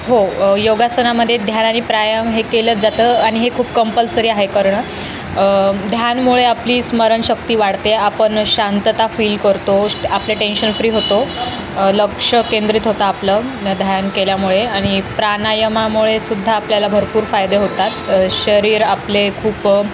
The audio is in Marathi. हो योगासनामध्ये ध्यान आणि प्राणायाम हे केलंच जातं आणि हे खूप कंपल्सरी आहे करण ध्यानमुळे आपली स्मरणशक्ती वाढते आपण शांतता फील करतो आपलं टेन्शन फ्री होतो लक्षकेंद्रित होतं आपलं ध्यान केल्यामुळे आणि प्राणायामामुळेसुद्धा आपल्याला भरपूर फायदे होतात शरीर आपले खूप